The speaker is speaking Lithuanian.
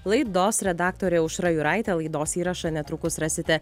laidos redaktorė aušra juraitė laidos įrašą netrukus rasite